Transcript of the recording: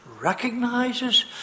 Recognizes